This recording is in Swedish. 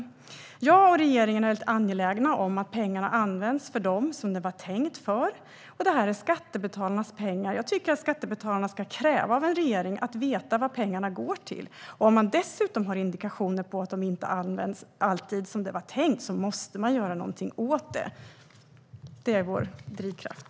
Jag och regeringen är angelägna om att pengarna används för dem som de var tänkta för. Det är skattebetalarnas pengar. Jag tycker att skattebetalarna ska kräva att av en regering få veta vad pengarna går till. Om man dessutom har indikationer på att de inte alltid används som det var tänkt måste man göra något åt det. Det är vår drivkraft.